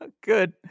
Good